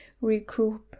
recoup